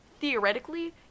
theoretically